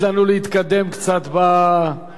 לתת לנו להתקדם קצת בחקיקה.